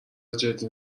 جدی